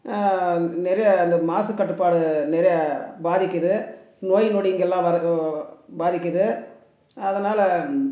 நிறைய அந்த மாசுக் கட்டுப்பாடு நிறைய பாதிக்குது நோய் நொடிங்களெலாம் வர்றது பாதிக்குது அதனாலே